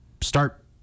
start